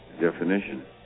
definition